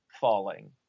falling